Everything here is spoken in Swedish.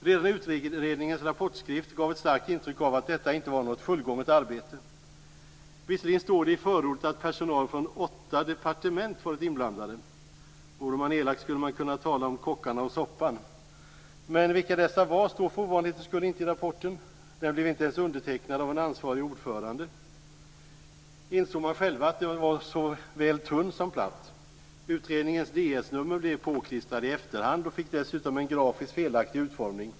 Redan utredningens rapportskrift gav ett starkt intryck av att detta inte var något fullgånget arbete. Visserligen står det i förordet att personal från åtta departement har varit inblandade - vore man elak skulle man kunna tala om kockarna och soppan - men vilka dessa var står för ovanlighetens skull inte i rapporten. Den blev inte ens undertecknad av en ansvarig ordförande. Insåg man själv att den var såväl tunn som platt? Utredningens Ds-nummer blev påklistrat i efterhand och fick dessutom en grafiskt felaktig utformning.